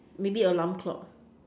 maybe alarm clock